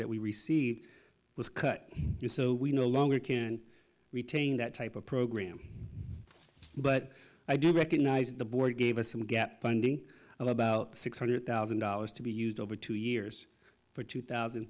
that we received was cut so we no longer can retain that type of program but i do recognize the board gave us some gap funding about six hundred thousand dollars to be used over two years for two thousand